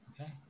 Okay